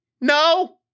No